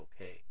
okay